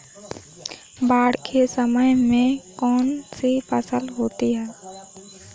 बाढ़ के समय में कौन सी फसल होती है?